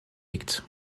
liegt